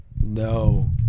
No